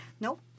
Nope